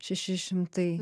šeši šimtai